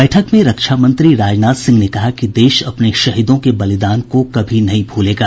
बैठक में रक्षामंत्री राजनाथ सिंह ने कहा कि देश अपने शहीदों के बलिदान को कभी नहीं भूलेगा